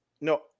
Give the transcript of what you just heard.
No